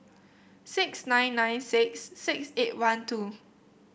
six nine nine six six eight one two